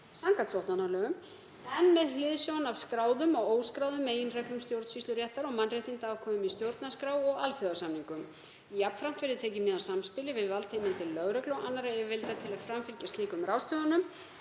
samkvæmt sóttvarnalögum með hliðsjón af skráðum og óskráðum meginreglum stjórnsýsluréttar og mannréttindaákvæðum í stjórnarskrá og alþjóðasamningum. Jafnframt verði tekið mið af samspili við valdheimildir lögreglu og annarra yfirvalda til að framfylgja slíkum ráðstöfunum.